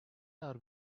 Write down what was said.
are